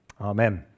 Amen